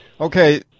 Okay